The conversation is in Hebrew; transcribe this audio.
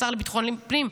השר לביטחון פנים,